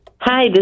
Hi